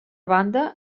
banda